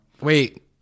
Wait